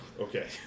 Okay